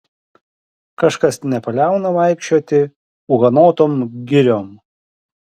kažkas nepaliauna vaikščioti ūkanotom giriom